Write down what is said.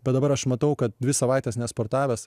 bet dabar aš matau kad dvi savaites nesportavęs